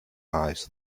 eyes